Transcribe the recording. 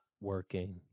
working